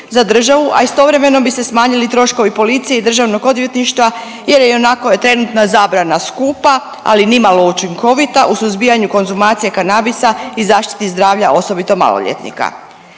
za državu, a istovremeno bi se smanjili troškovi policije i DORH-a jer ionako je trenutna zabrana skupa, ali nimalo učinkovita u suzbijanju konzumacije kanabisa i zaštiti zdravlja, osobito maloljetnika.